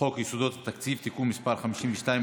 חוק יסודות התקציב (תיקון מס' 52,